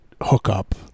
hookup